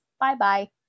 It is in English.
Bye-bye